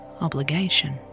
obligation